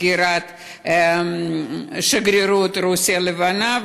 סגירת שגרירות רוסיה הלבנה,